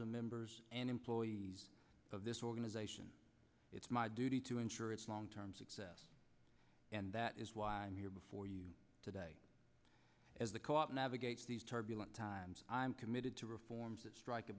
of members and employees of this organization it's my duty to ensure its long term success and that is why i'm here before you today as a co op navigates these turbulent times i'm committed to reforms that strike a